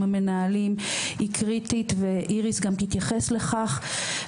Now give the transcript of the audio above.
עם המנהלים היא קריטית ואיריס גם תתייחס לכך,